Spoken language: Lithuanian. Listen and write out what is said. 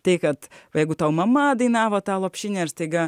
tai kad jeigu tau mama dainavo tą lopšinę ir staiga